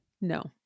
No